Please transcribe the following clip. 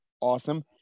awesome